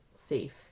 safe